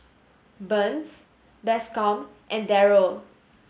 Burns Bascom and Darrell